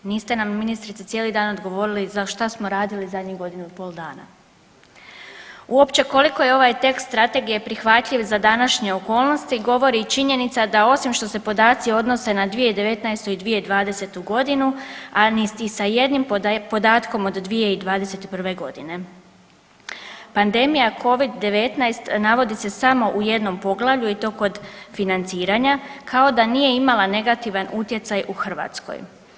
Niste nam, ministrice, cijeli dan odgovorili za šta smo radili zadnjih godinu i pol dala, uopće koliko je ovaj tekst strategije prihvatljiv za današnje okolnosti, govori i činjenica da osim što se podaci odnose na 2019. i 2020. g., a niti sa jednim podatkom od 2021. g. Pandemija Covid-19 navodi se samo u jednom poglavlju i to kod financiranja, kao da nije imala negativan utjecaj u Hrvatskoj.